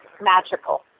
Magical